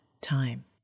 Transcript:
time